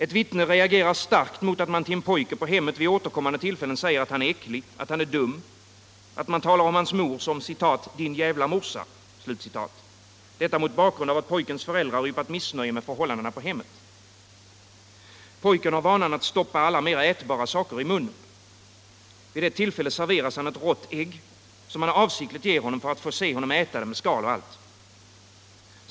Ett vittne reagerar starkt mot att man till en pojke på hemmet vid återkommande tillfällen säger att han är äcklig, att han är dum, att man talar om hans mor som ”din djävla morsa” — detta mot bakgrund av att pojkens föräldrar yppat missnöje med förhållandena på hemmet. Pojken har vanan att stoppa alla mer ätbara saker i munnen. Vid ett tillfälle serveras han ett rått ägg, som man avsiktligt ger honom för att få se honom äta det med skal och allt.